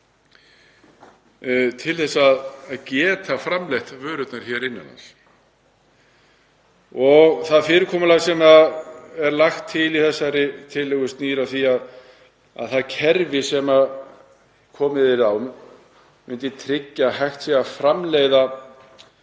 til þess að geta framleitt vörurnar hér innan lands. Það fyrirkomulag sem er lagt til í þessari tillögu snýr að því að það kerfi sem komið yrði á myndi tryggja að hægt væri að framleiða